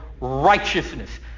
righteousness